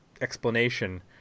explanation